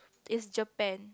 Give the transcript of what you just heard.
is Japan